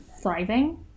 thriving